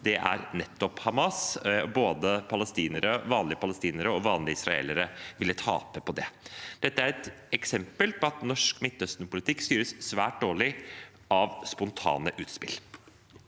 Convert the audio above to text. dag, er nettopp Hamas. Både vanlige palestinere og vanlige israelere ville tape på det. Dette er et eksempel på at norsk Midtøsten-politikk styres svært dårlig av spontane utspill.